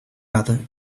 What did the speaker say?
other